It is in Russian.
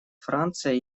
франция